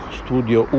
studio